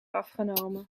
afgenomen